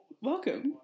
Welcome